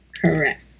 Correct